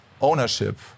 ownership